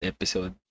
Episode